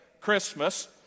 Christmas